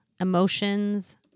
emotions